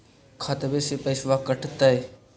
खतबे से पैसबा कटतय?